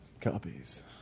Copies